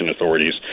authorities